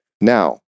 Now